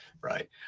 right